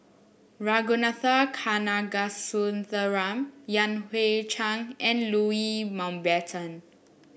Ragunathar Kanagasuntheram Yan Hui Chang and Louis Mountbatten